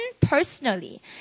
personally